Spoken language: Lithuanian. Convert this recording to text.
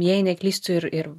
jei neklystu ir ir